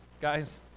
guys